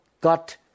got